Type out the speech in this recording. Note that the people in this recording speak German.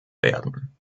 werden